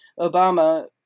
Obama